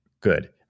good